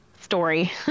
story